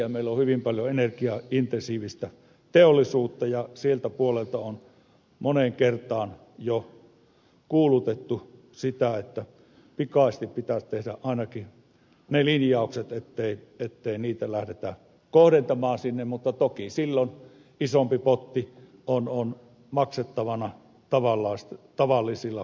meillä on hyvin paljon energiaintensiivistä teollisuutta ja sieltä puolelta on moneen kertaan jo kuulutettu sitä että pikaisesti pitäisi tehdä ainakin ne linjaukset ettei niitä lähdetä kohdentamaan sinne mutta toki silloin isompi potti on maksettavana tavallisilla kuntalaisilla